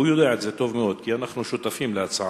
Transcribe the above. הוא יודע את זה טוב מאוד כי אנחנו שותפים להצעה,